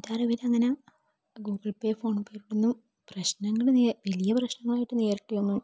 എൻ്റെ അറിവിൽ അങ്ങനെ ഗൂഗിൾ പേ ഫോൺ പേ ഒന്നും പ്രശ്നങ്ങൾ വലിയ പ്രശ്നങ്ങൾ ആയിട്ട് നേരിട്ട് ഒന്നും